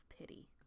pity